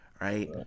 right